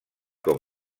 com